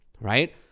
right